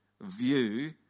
view